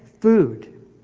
food